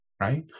Right